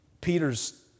Peter's